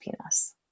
penis